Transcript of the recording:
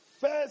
First